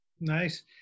Nice